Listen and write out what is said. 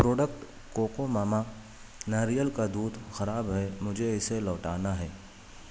product Coco Mama ناریل کا دودھ خراب ہے مجھے اسے لوٹانا ہے